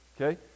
okay